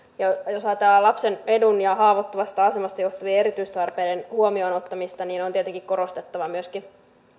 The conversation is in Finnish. jos ajatellaan lapsen edun ja haavoittuvasta asemasta johtuvien erityistarpeiden huomioon ottamista niin on tietenkin korostettava myöskin